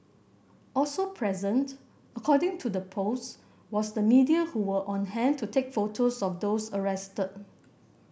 also present according to the post was the media who were on hand to take photos of those arrested